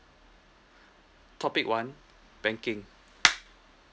topic one banking